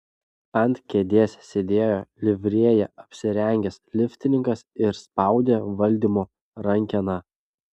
ant kėdės sėdėjo livrėja apsirengęs liftininkas ir spaudė valdymo rankeną